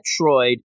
Metroid